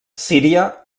síria